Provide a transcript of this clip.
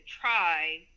try